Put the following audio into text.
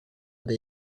they